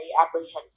apprehensive